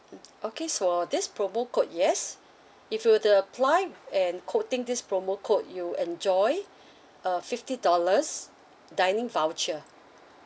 mm okay for this promo code yes if you were to apply and quoting this promo code you enjoy a fifty dollars dining voucher